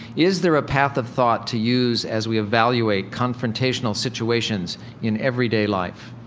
is there a path of thought to use as we evaluate confrontational situations in everyday life?